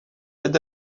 aide